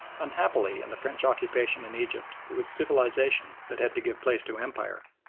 unhappily, in the french occupation in egypt it was civilisation that had to give place to empire,